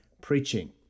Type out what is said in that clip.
preaching